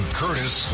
curtis